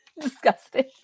Disgusting